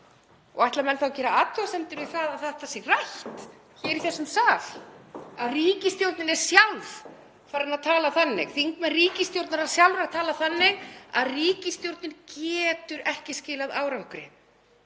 Ætla menn þá að gera athugasemdir við að þetta sé rætt hér í þessum sal, að ríkisstjórnin er sjálf farin að tala þannig? Þingmenn ríkisstjórnarinnar sjálfrar tala þannig að ríkisstjórnin geti ekki skilað árangri.